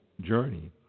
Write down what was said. journey